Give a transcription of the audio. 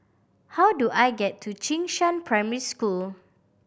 how do I get to Jing Shan Primary School